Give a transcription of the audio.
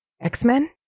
X-Men